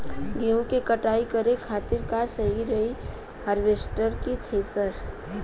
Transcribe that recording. गेहूँ के कटाई करे खातिर का सही रही हार्वेस्टर की थ्रेशर?